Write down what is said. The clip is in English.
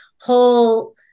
whole